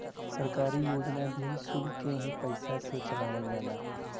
सरकारी योजना भी सुल्क के ही पइसा से चलावल जाला